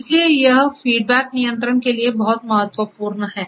इसलिए यह यह फीडबैक नियंत्रण के लिए बहुत महत्वपूर्ण है